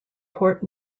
port